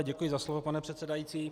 Děkuji za slovo, pane předsedající.